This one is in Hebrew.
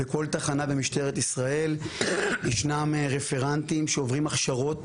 בכל תחנה במשטרת ישראל יש רפרנטים שעוברים הכשרות,